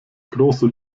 große